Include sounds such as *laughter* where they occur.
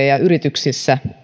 *unintelligible* ja yrityksissä